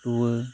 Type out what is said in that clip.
ᱨᱩᱣᱟᱹ